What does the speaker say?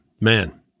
man